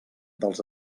dels